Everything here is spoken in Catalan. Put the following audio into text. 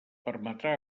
permetrà